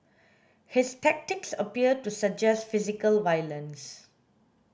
his tactics appear to suggest physical violence